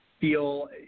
feel